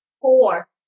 Four